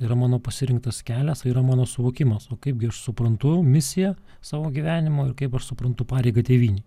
yra mano pasirinktas kelias yra mano suvokimas o kaipgi aš suprantu misiją savo gyvenimo ir kaip aš suprantu pareigą tėvynei